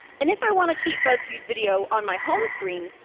and if i want to keep buzzfeed video on my home screen,